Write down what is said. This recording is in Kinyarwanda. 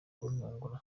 kuntungura